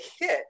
hit